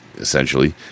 essentially